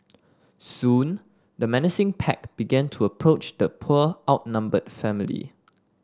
soon the menacing pack began to approach the poor outnumbered family